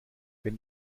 wenn